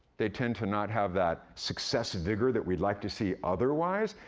they tend to not have that success vigor that we'd like to see otherwise.